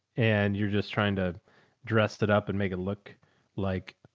and you're just trying to dress it up and make it look like.